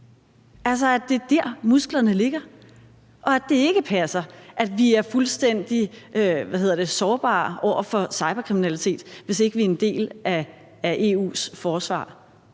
altså at det er der, musklerne ligger, og at det ikke passer, at vi er fuldstændig sårbare over for cyberkriminalitet, hvis ikke vi er en del af EU's forsvar?